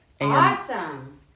Awesome